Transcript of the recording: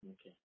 Okay